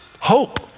Hope